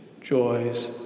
joys